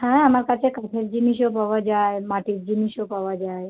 হ্যাঁ আমার কাছে কাঠের জিনিসও পাওয়া যায় মাটির জিনিসও পাওয়া যায়